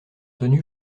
tenu